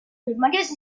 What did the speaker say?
primarios